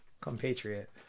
compatriot